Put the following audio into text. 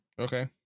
Okay